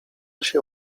się